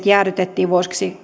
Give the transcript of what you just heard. jäädytettiin vuosiksi